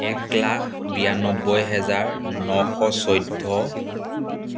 এক লাখ বিৰান্নব্বৈ হেজাৰ নশ চৈধ্য